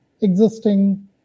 existing